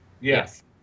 Yes